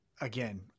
Again